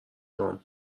هام